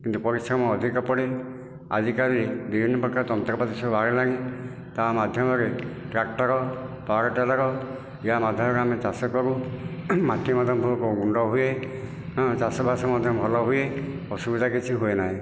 କିନ୍ତୁ ପରିଶ୍ରମ ଅଧିକ ପଡ଼େ ଆଜି କାଲି ବିଭିନ୍ନ ପ୍ରକାର ଯନ୍ତ୍ରପାତି ସବୁ ବାହାରିଲାଣି ତା ମାଧ୍ୟମରେ ଟ୍ରାକଟର ପାୱାର ଟିଲର ଏଆ ମାଧ୍ୟମରେ ଆମେ ଚାଷ କରୁ ଏବଂ ମାଟି ମଧ୍ୟ ଗୁଣ୍ଡ ହୁଏ ହଁ ଚାଷ ବାସ ମଧ୍ୟ ଭଲ ହୁଏ ଅସୁବିଧା କିଛି ହୁଏ ନାହିଁ